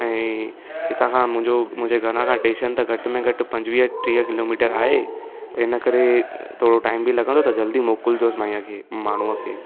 ऐं हितां खां मुंहिंजो मुंहिंजे घरां खां टेशन त घटि में घटि पंजवीह टीह किलोमीटर आहे त हिन करे थोरो टाइम बि लॻंदो त जल्दी मोकिलिजोसि माईअ खे माण्हूअ खे